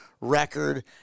record